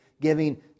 giving